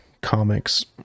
Comics